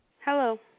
Hello